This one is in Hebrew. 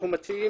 אנחנו מציעים